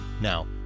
Now